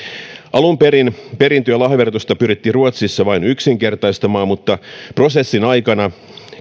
alun perin perintö ja lahjaverotusta pyrittiin ruotsissa vain yksinkertaistamaan mutta prosessin aikana